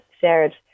shared